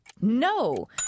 No